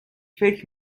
فکر